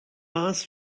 maß